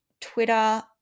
Twitter